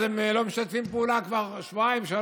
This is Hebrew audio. אז הם לא משתפים פעולה כבר שבועיים-שלושה,